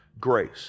grace